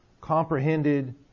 comprehended